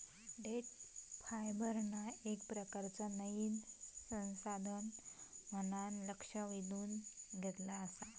देठ फायबरना येक प्रकारचा नयीन संसाधन म्हणान लक्ष वेधून घेतला आसा